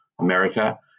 America